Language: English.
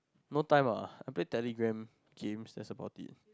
no time ah I play Telegram games that's about it